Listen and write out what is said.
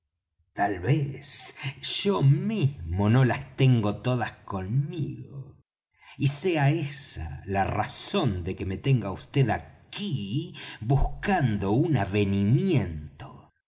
tal vez yo mismo no las tengo todas conmigo y sea esa la razón de que me tenga vd aquí buscando un avenimiento